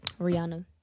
Rihanna